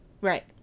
right